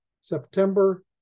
September